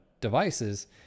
devices